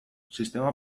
sistema